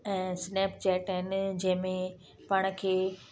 ऐं स्नैपचैट आहिनि जंहिं में पाण खे